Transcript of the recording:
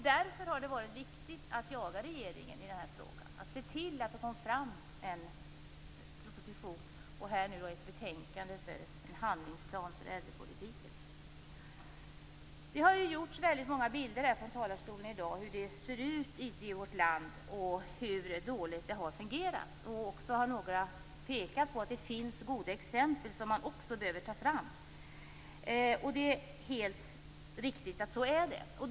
Därför har det varit viktigt att jaga regeringen i den här frågan och se till att man får fram en proposition och ett betänkande om en handlingsplan för äldrepolitiken. Från talarstolen har det i dag givits många bilder av hur det ser ut i vårt land och av hur dåligt det har fungerat. Några har också pekat på att det finns goda exempel som man också behöver ta fram. Det är helt riktigt att det är så.